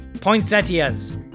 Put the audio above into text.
Poinsettias